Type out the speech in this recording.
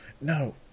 No